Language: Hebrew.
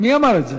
מי אמר את זה?